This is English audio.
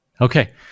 Okay